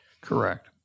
Correct